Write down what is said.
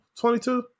22